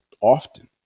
often